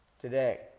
Today